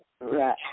Right